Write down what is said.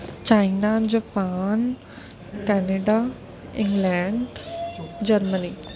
China Japan Canada England Germany